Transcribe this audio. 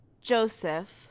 Joseph